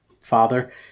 father